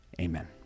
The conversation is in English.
Amen